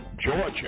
georgia